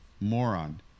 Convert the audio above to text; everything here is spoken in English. moron